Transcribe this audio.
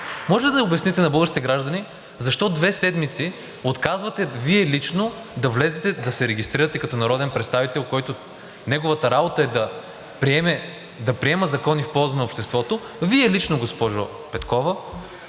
Може ли да обясните на българските граждани защо две седмици отказвате – Вие лично – да влезете да се регистрирате като народен представител, чиято работа е да приема закони в полза на обществото? Вие лично, госпожо Петкова,